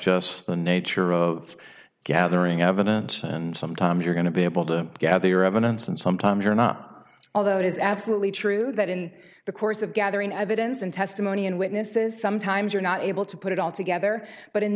just the nature of gathering evidence and sometimes you're going to be able to gather evidence and sometimes you're not although it is absolutely true that in the course of gathering evidence and testimony and witnesses sometimes you're not able to put it all together but in